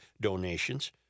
donations